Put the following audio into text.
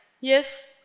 Yes